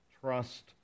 trust